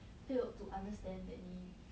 failed to understand that 你